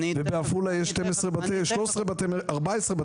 ובעפולה יש 14 בתי מרקחת.